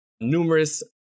numerous